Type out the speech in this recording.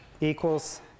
equals